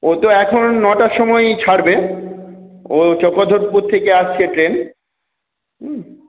ও তো এখন নটার সময় ছাড়বে ও চপাছপপুর থেকে আসছে ট্রেন হ্যাঁ